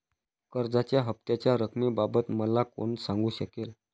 कर्जाच्या हफ्त्याच्या रक्कमेबाबत मला कोण सांगू शकेल?